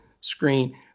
screen